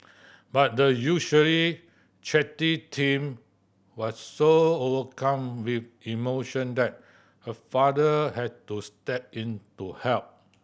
but the usually chatty teen was so overcome with emotion that her father had to step in to help